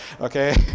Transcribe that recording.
Okay